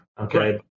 okay